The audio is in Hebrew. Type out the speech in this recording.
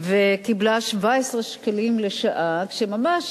וקיבלה 17 שקלים לשעה, כשממש,